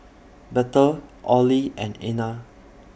Bethel Ollie and Ena